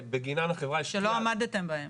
ובגינן החברה --- שלא עמדתם בהם.